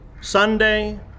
Sunday